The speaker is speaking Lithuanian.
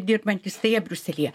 dirbantys tai jie briuselyje